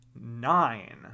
nine